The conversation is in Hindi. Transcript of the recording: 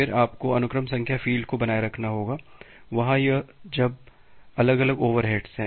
फिर आपको अनुक्रम संख्या फ़ील्ड को बनाए रखना होगा वहां यह सब अलग अलग ओवरहेड्स हैं